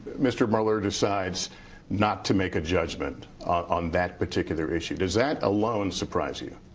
mr. mueller decides not to make a judgment on that particular issue. does that alone surprise you?